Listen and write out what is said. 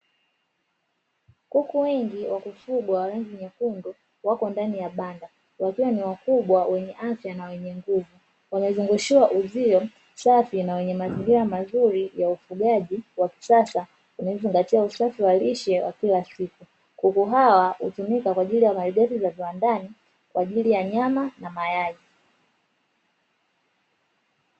Kuku wengi wa kufungwa wa rangi nyekundu wako ndani ya banda, wakiwa ni wakubwa, wenye afya na wenye nguvu. Wamezungushiwa uzio safi na wenye mazingira mazuri ya ufugaji wa kisasa, unaozingatia usafi wa lishe wa kila siku. Kuku hawa hutumika kwa ajili ya malighafi za viwandani kwa ajili ya nyama na mayai.